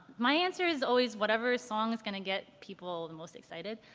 my answer is always whatever song is gonna get people the most excited.